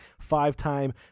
five-time